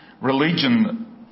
religion